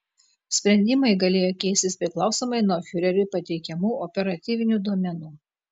sprendimai galėjo keistis priklausomai nuo fiureriui pateikiamų operatyvinių duomenų